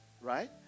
Right